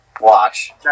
Watch